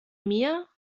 mir